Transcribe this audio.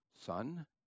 Son